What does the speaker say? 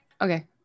okay